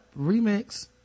remix